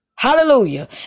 Hallelujah